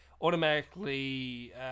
automatically